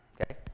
Okay